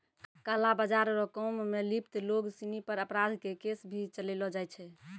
काला बाजार रो काम मे लिप्त लोग सिनी पर अपराध के केस भी चलैलो जाय छै